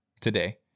today